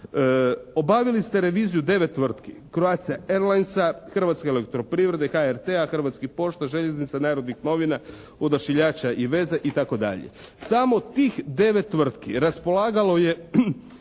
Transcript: Obavili ste reviziju 9 tvrtki. Croatia Airlinesa, Hrvatske elektroprivrede, HRT-a, Hrvatskih pošta, Željeznica, Narodnih novina, Odašiljača i veza i tako dalje. Samo tih 9 tvrtki raspolagalo je